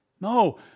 No